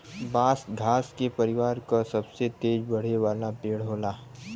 बांस घास के परिवार क सबसे तेज बढ़े वाला पेड़ होला